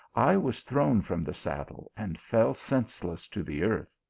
i was thrown from the saddle, and fell senseless to the earth.